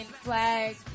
flag